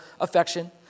affection